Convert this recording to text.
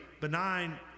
benign